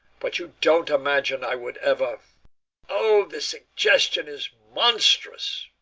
but you don't imagine i would ever oh, the suggestion is monstrous!